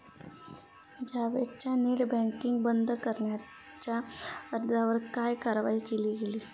जावेदच्या net banking बंद करण्याच्या अर्जावर काय कारवाई केली गेली?